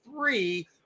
three